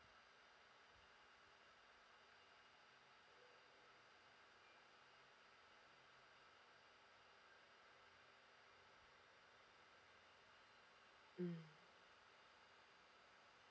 mm